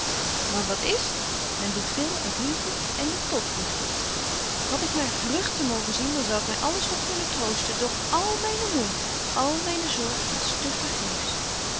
maar wat is t men doet veel uit liefde ende tot liefde had ik maar vruchten mogen zien dan zou ik my alles nog kunnen troosten doch al myne moeite al myne zorg was